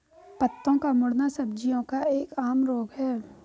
पत्तों का मुड़ना सब्जियों का एक आम रोग है